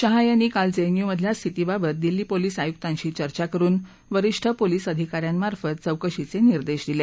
शहा यांनी काल जेएनयूमधल्या स्थितीबाबत दिल्ली पोलीस आयुक्तांशी चर्चा करुन वरिष्ठ पोलीस अधिकाऱ्यांमार्फत चौकशीचे निर्देश दिले